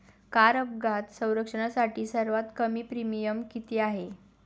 Car अपघात संरक्षणासाठी सर्वात कमी प्रीमियम किती आहे?